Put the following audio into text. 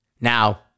Now